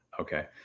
Okay